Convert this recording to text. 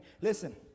listen